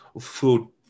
food